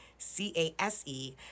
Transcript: C-A-S-E